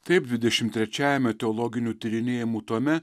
taip dvidešimt trečiajame teologinių tyrinėjimų tome